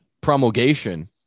promulgation